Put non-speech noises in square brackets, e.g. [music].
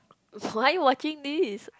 [breath] why you watching this